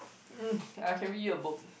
um I can read you a book